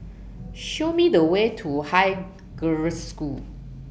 Show Me The Way to Haig Girls' School